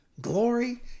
Glory